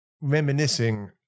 reminiscing